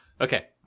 Okay